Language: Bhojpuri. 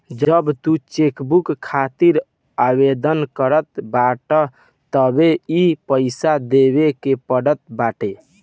जब तू चेकबुक खातिर आवेदन करत बाटअ तबे इ पईसा देवे के पड़त बाटे